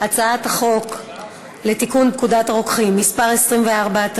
הצעת חוק לתיקון פקודת הרוקחים (מס' 24),